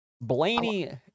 Blaney